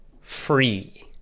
free